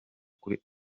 kuri